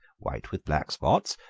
white with black spots,